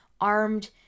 armed